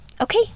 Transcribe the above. Okay